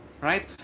Right